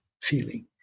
feeling